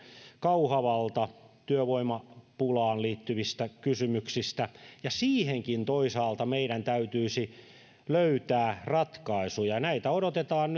kauhavalta työvoimapulaan liittyvistä kysymyksistä siihenkin toisaalta meidän täytyisi löytää ratkaisuja näitä odotetaan